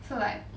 so like